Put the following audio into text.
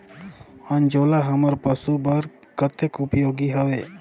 अंजोला हमर पशु बर कतेक उपयोगी हवे?